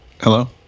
Hello